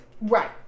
Right